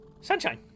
Sunshine